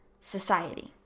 society